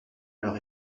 leur